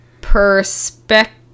Perspective